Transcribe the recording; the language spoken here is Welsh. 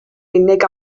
unig